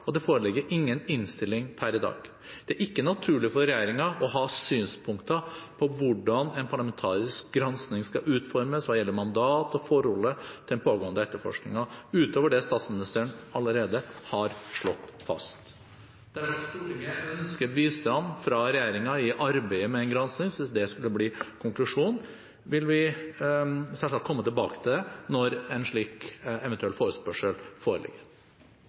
og det foreligger ingen innstilling per i dag. Det er ikke naturlig for regjeringen å ha synspunkter på hvordan en parlamentarisk gransking skal utformes hva gjelder mandat og forholdet til den pågående etterforskningen, utover det statsministeren allerede har slått fast. Dersom Stortinget ønsker bistand fra regjeringen i arbeidet med en gransking, hvis det skulle bli konklusjonen, vil vi selvsagt komme tilbake til det når en slik forespørsel eventuelt foreligger.